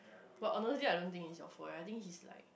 but honestly I don't it's your fault right I think he's like